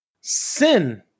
Sin